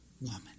woman